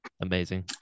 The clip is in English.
amazing